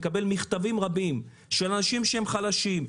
אני מקבל לא פעם מכתבים רבים של אנשים שהם חלשים,